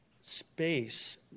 space